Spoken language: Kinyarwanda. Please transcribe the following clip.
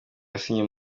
yasinye